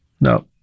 No